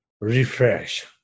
refresh